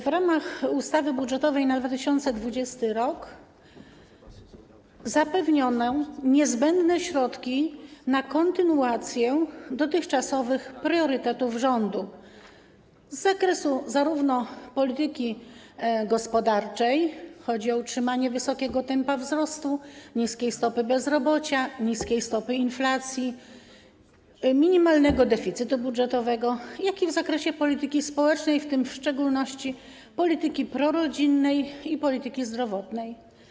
W ramach ustawy budżetowej na 2020 r. zapewniono niezbędne środki na kontynuację dotychczasowych priorytetów rządu zarówno z zakresu polityki gospodarczej, chodzi o utrzymanie wysokiego tempa wzrostu, niskiej stopy bezrobocia, niskiej stopy inflacji, minimalnego deficytu budżetowego, jak i z zakresu polityki społecznej, w tym w szczególności polityki prorodzinnej i polityki zdrowotnej.